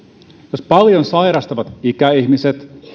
jos paljon sairastavat ikäihmiset